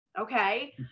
okay